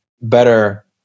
better